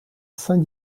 saint